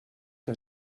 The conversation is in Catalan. que